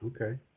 Okay